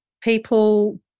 people